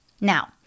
now